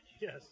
Yes